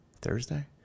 Thursday